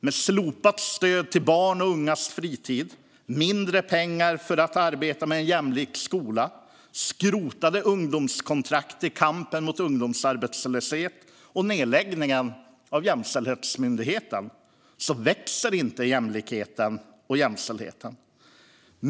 Med slopat stöd till barns och ungas fritid, mindre pengar för att arbeta med en jämlik skola, skrotade ungdomskontrakt i kampen mot ungdomsarbetslöshet och nedläggningen av Jämställdhetsmyndigheten växer inte jämlikheten och jämställdheten.